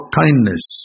kindness